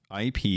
IP